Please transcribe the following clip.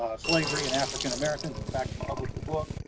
slavery and african americans. in fact, she published a book